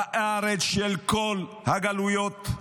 הארץ של כל הגלויות,